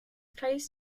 close